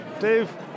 Dave